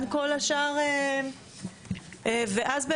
ואז,